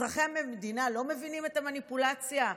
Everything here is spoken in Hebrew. אזרחי המדינה לא מבינים את המניפולציה,